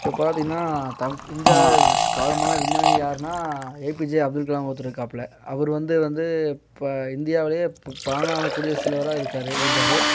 இப்போ பார்த்தீங்கன்னா த இந்த பிரபலமான விஞ்ஞானி யார்னா ஏபிஜே அப்துல்கலாம்னு ஒருத்தர் இருக்காப்புல அவர் வந்து வந்து இப்போ இந்தியாவிலையே குடியரசு தலைவராக இருக்காரு இருந்தார்